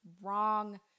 wrong